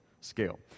scale